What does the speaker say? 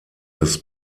des